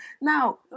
Now